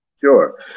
Sure